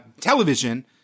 television